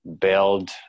build